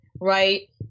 right